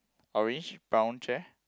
orange brown chair